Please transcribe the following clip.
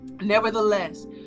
Nevertheless